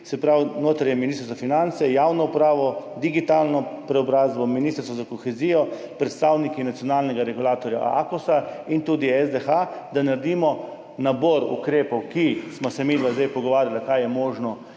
se pravi, notri je ministrstvo za finance, javno upravo, digitalno preobrazbo, ministrstvo za kohezijo, predstavniki nacionalnega regulatorja AKOS in tudi SDH, da naredimo nabor ukrepov, o katerih sva se midva zdaj pogovarjala, kako je možno